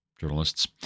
journalists